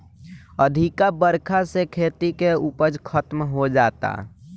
अधिका बरखा से खेती के उपज खतम हो जाता